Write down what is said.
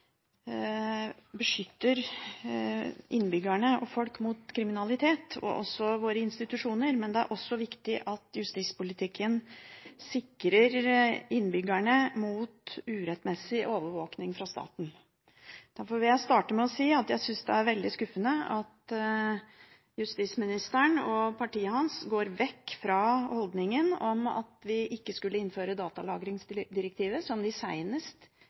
justispolitikken sikrer innbyggerne mot urettmessig overvåkning fra staten. Derfor vil jeg starte med å si at jeg syns det er veldig skuffende at justisministeren og partiet hans går vekk fra holdningen om ikke å skulle innføre datalagringsdirektivet – et løfte de